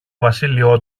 βασίλειο